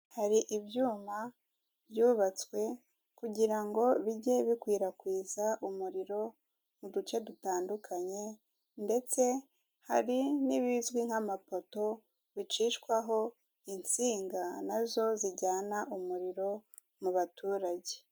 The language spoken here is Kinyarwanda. Hari ibyuma byubatswe kugira ngo bijye bikwirakwiza umuriro mu duce dutandukanye ndetse hari n'ibizwi nk'amapoto bicishwaho insinga nazo zijyana umuriro mu baturage.